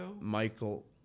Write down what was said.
Michael